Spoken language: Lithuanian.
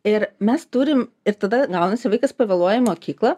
ir mes turim ir tada gaunasi vaikas pavėluoja mokykla